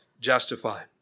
justified